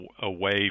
away